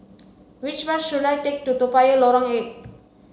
which bus should I take to Toa Payoh Lorong eight